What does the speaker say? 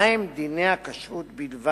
מה הם דיני הכשרות בלבד,